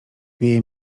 wieje